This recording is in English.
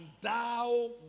thou